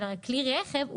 של כלי הרכב,